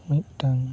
ᱢᱤᱫᱴᱟᱝ